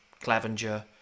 Clevenger